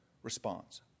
Response